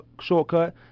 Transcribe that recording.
shortcut